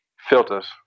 Filters